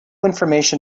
information